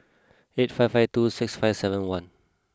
eight five five two six five seven one